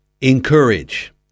encourage